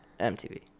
MTV